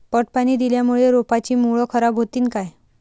पट पाणी दिल्यामूळे रोपाची मुळ खराब होतीन काय?